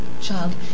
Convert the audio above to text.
child